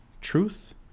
truth